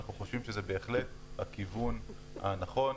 אנחנו חושבים שזה בהחלט הכיוון הנכון.